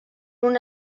una